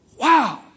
wow